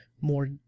more